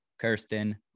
Kirsten